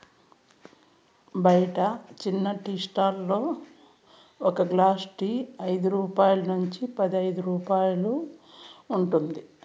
బయట చిన్న tea stall లలో ఒక గ్లాస్ టీ ఐదు రూపాయల నుంచి పదైదు రూపాయలు ఉంటుంది